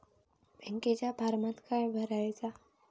बँकेच्या फारमात काय भरायचा?